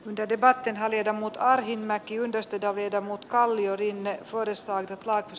de debatin hallita mutta arhinmäki on testata viedä mut kalliorinne porista laitos